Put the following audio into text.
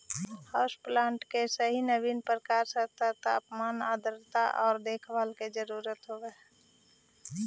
house plant के सही नवीन प्रकाश स्तर तापमान आर्द्रता आउ देखभाल के जरूरत होब हई